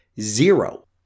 Zero